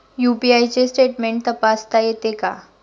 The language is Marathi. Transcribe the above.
यु.पी.आय चे स्टेटमेंट तपासता येते का?